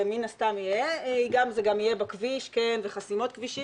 ומן הסתם זה גם יהיה בכביש וחסימות כבישים